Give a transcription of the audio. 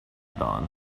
dawn